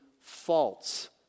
false